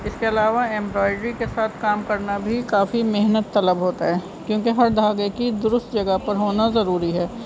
اس کے علاوہ ایمبرائڈری کے ساتھ کام کرنا بھی کافی محنت طلب ہوتا ہے کیونکہ ہر دھاگے کی درست جگہ پر ہونا ضروری ہے